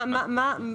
מה קורה